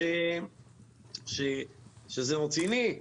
שזה רציני,